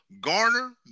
Garner